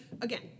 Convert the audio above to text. again